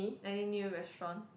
any new restaurant